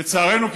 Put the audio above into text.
לצערנו,